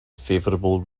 favorable